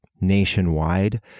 nationwide